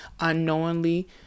unknowingly